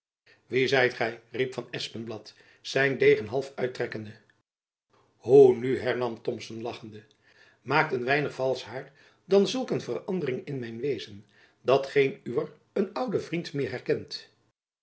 wie zijt gy riep van espenblad zijn degen half uittrekkende hoe nu hernam thomson lachende maakt een weinig valsch hair dan zulk een verandering in mijn wezen dat geen uwer een ouden vriend meer herkent